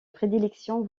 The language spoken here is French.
prédilection